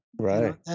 Right